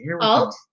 Alt